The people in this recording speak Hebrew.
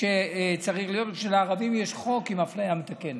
שצריכה להיות, ובשביל הערבים יש חוק לאפליה מתקנת.